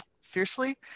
fiercely